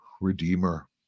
Redeemer